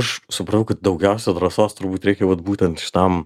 aš supratau kad daugiausia drąsos turbūt reikia vat būtent šitam